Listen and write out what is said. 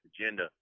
agenda